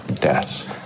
deaths